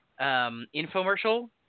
infomercial